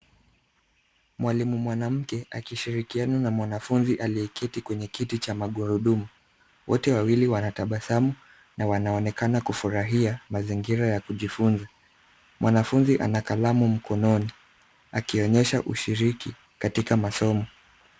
Mwalimu mwanamke akishirikiana na mwanafunzi aliyeketi kwenye kiti cha magurudumu. Wote wawili wanatabasamu na wanaonekana kufurahia mazingira ya kujifunza. Mwanafunzi ana kalamu mkononi akionyesha ushiriki katika masomo.